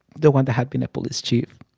the one that had been a police chief.